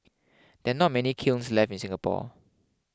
there are not many kilns left in Singapore